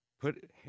put